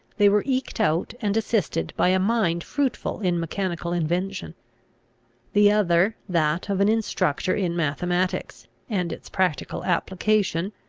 they were eked out and assisted by a mind fruitful in mechanical invention the other, that of an instructor in mathematics and its practical application,